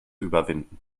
überwinden